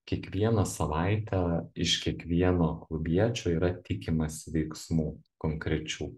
kiekvieną savaitę iš kiekvieno klubiečio yra tikimasi veiksmų konkrečių